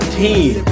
team